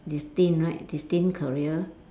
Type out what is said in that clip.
destined right destined career